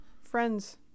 Friends